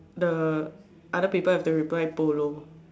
the other people have to reply polo